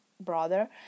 brother